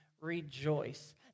rejoice